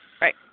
Right